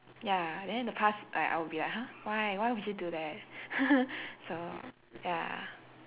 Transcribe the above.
ya and then the past like I I will be like !huh! why why would you do that so ya